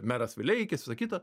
meras vileikis visa kita